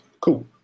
Cool